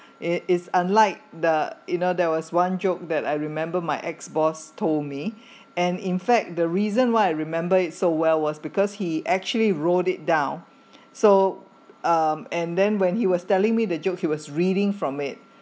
it's it's unlike the you know there was one joke that I remember my ex-boss told me and in fact the reason why I remember it so well was because he actually wrote it down so um and then when he was telling me the joke he was reading from it